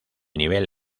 nivel